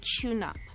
tune-up